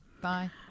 Bye